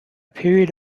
period